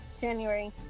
January